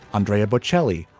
andre but shelly,